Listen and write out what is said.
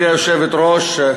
היושבת-ראש,